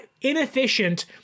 inefficient